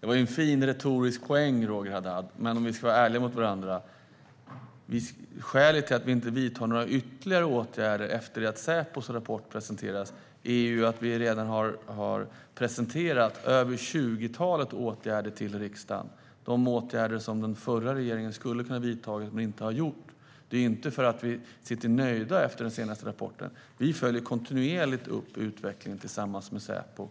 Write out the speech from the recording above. Det var en fin retorisk poäng, Roger Haddad. Men om vi ska vara ärliga är skälet till att vi inte vidtar några ytterligare åtgärder, efter det att Säpos rapport presenterats, att vi redan har presenterat över tjugotalet åtgärder till riksdagen - åtgärder som den förra regeringen skulle ha kunnat vidta men inte gjorde. Det är inte därför att vi sitter nöjda efter den senaste rapporten. Vi följer kontinuerligt upp utvecklingen tillsammans med Säpo.